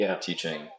teaching